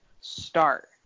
start